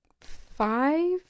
five